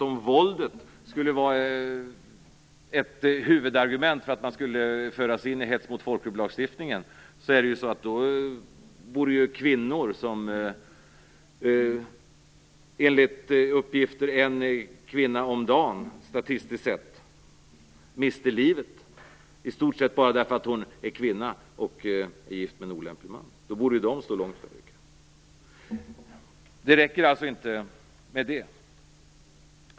Om våldet skulle vara ett huvudargument för att man skall föras in i hets mot folkgrupp-lagstiftningen borde kvinnor stå långt före i kön, på grund av att en kvinna om dagen statistiskt sett mister livet, i stort sett bara därför att hon är kvinna och är gift med en olämplig man. Det räcker alltså inte med det.